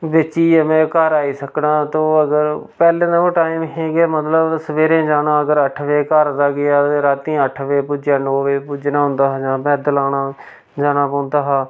बेच्चियै में घर आई सकना तो अगर पैह्लें ते ओह् टाईम हे के मतलब सबेरे जाना अगर अट्ठ बजे घर दा गेआ ते रातीं अट्ठ बजे पुज्जै नौ बजे पुज्जना होंदा हा जां पैद्दल औना जाना पौंदा हा